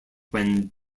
when